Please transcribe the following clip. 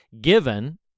Given